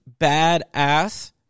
badass